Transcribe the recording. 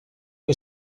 que